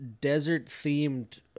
desert-themed